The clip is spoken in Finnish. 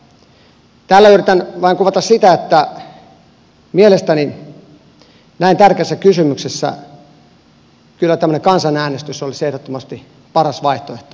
tällä yritän vain kuvata sitä että mielestäni näin tärkeässä kysymyksessä kyllä tämmöinen kansanäänestys olisi ehdottomasti paras vaihtoehto